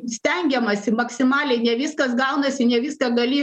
stengiamasi maksimaliai ne viskas gaunasi ne viską gali